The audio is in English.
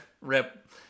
Rip